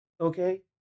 okay